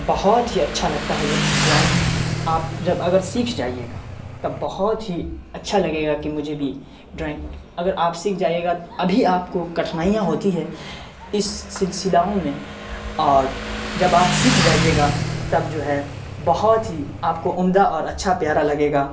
بہت ہی اچّھا لگتا ہے جب ڈرائنگ آپ جب اگر سیکھ جائیے گا تب بہت ہی اچّھا لگے گا کہ مجھے بھی ڈرائنگ اگر آپ سیکھ جائیے گا ابھی آپ کو کٹھنائیاں ہوتی ہے اس سلسلاؤں میں اور جب آپ سیکھ جائیے گا تب جو ہے بہت ہی آپ کو عمدہ اور اچّھا پیارا لگے گا